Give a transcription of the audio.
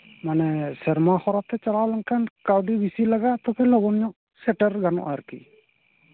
ᱢᱟᱱᱮ ᱥᱮᱨᱢᱟ ᱦᱚᱨᱟᱛᱮ ᱪᱟᱞᱟᱣ ᱞᱮᱱᱠᱷᱟᱱ ᱠᱟᱹᱣᱰᱤ ᱵᱮᱥᱤ ᱞᱟᱜᱟᱜ ᱦᱚᱛᱮᱫ ᱛᱮ ᱞᱚᱜᱚᱱᱧᱚᱜ ᱥᱮᱴᱮᱨ ᱜᱟᱱᱚᱜᱼᱟ ᱟᱨᱠᱤ